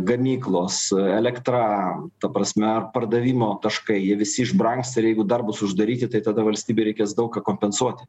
gamyklos elektra ta prasme ar pardavimo taškai jie visi išbrangsta ir jeigu dar bus uždaryti tai tada valstybei reikės daug ką kompensuoti